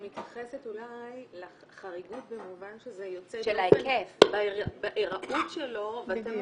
היא מתייחסת אולי לחריגוּת במובן שזה יוצא דופן בהיארעות שלו ואתם